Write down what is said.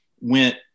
went